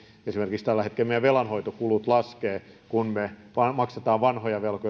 esimerkiksi meidän velanhoitokulumme laskevat kun me maksamme pois vanhoja velkoja joissa on